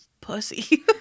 pussy